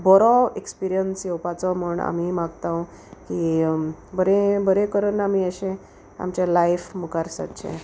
बरो एक्सपिरियन्स येवपाचो म्हण आमी मागतांव की बरें बरें करून आमी अशें आमचे लायफ मुकार सरचें